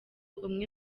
umwe